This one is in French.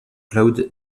cloud